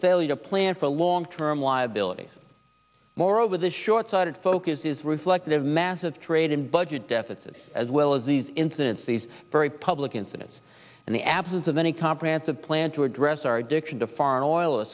plan for long term liabilities moreover the short sighted focus is reflective of massive trade and budget deficits as well as these incidents these very public incidents and the absence of any comprehensive plan to address our addiction to foreign oil a